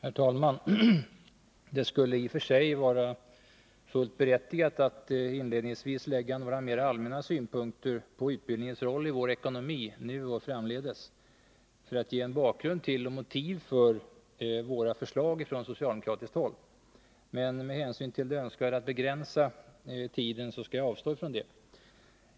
Herr talman! Det skulle i och för sig vara fullt berättigat att inledningsvis anlägga litet mera allmänna synpunkter på utbildningens roll i vår ekonomi — nu och framdeles — för att ange bakgrund till och motiv för våra förslag från socialdemokratiskt håll. Men med hänsyn till det önskvärda i att begränsa tiden skall jag avstå från det.